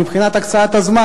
מבחינת הקצאת הזמן,